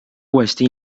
uuesti